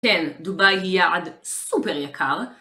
כן, דובאי היא יעד סופר יקר.